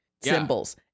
symbols